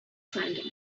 finding